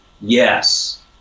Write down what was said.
yes